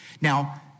Now